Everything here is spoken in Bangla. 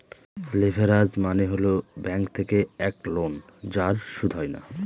লেভেরাজ মানে হল ব্যাঙ্ক থেকে এক লোন যার সুদ হয় না